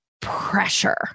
pressure